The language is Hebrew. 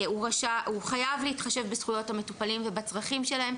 הוא חייב להתחשב בזכויות המטופלים ובצרכים שלהם,